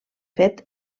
fet